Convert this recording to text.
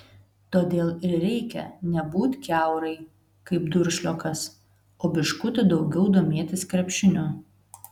todėl ir reikia nebūt kiaurai kaip duršliokas o biškutį daugiau domėtis krepšiniu